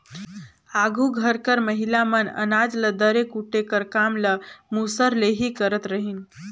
आघु घर कर महिला मन अनाज ल दरे कूटे कर काम ल मूसर ले ही करत रहिन